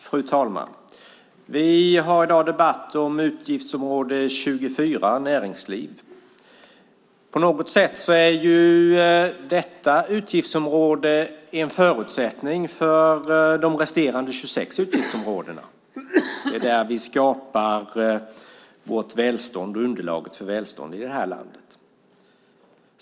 Fru talman! Vi debatterar i dag utgiftsområde 24, Näringsliv. På något sätt är detta utgiftsområde en förutsättning för de resterande 26 utgiftsområdena. Det är här vi skapar vårt välstånd och underlaget för välstånd i det här landet.